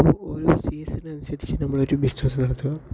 അപ്പോൾ ഓരോ സീസണനുസരിച്ച് നമ്മള് ഒരു ബിസ്സിനെസ്സ് നടത്തുക